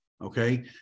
okay